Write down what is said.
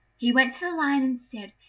he went to the lion and said,